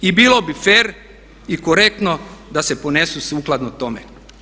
I bilo bi fer i korektno da se ponesu sukladno tome.